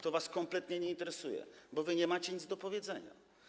To was kompletnie nie interesuje, bo wy nie macie nic do powiedzenia.